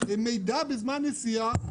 מידע בזמן נסיעה,